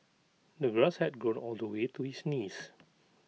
the grass had grown all the way to his knees